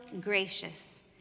gracious